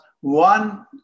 one